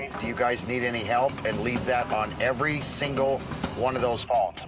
do you guys need any help? and leave that on every single one of those phones.